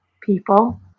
People